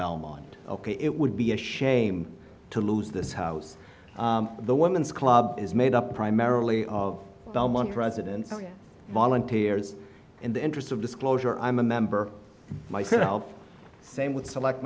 belmont ok it would be a shame to lose this house the woman's club is made up primarily of the money president volunteers in the interest of disclosure i'm a member myself same with select